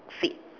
seat